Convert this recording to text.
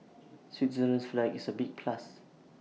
Switzerland's flag is A big plus